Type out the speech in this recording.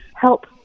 help